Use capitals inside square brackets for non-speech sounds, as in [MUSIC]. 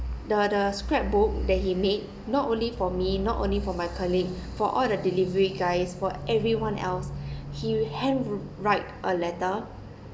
the the scrap book that he made not only for me not only for my colleague for all the delivery guys for everyone else [BREATH] he handwrite a letter